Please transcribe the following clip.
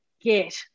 get